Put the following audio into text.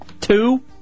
two